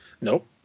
Nope